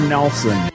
Nelson